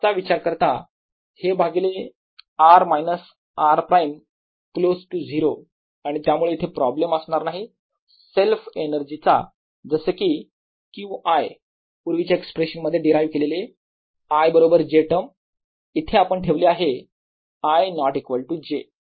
याचा विचार करता हे भागिले r minus r prime close to 0 आणि त्यामुळे इथे प्रॉब्लेम असणार नाही सेल्फ एनर्जी चा जसे की Q i पूर्वीच्या एक्सप्रेशन मध्ये डीरायव केलेले i बरोबर j टर्म इथे आपण ठेवले i ≠ j